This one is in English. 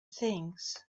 things